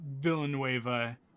Villanueva